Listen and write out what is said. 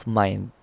mind